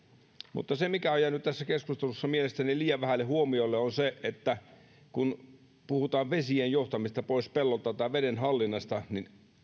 se mikä on jäänyt tässä keskustelussa mielestäni liian vähälle huomiolle on se että kun puhutaan vesien johtamisesta pois pellolta tai veden hallinnasta niin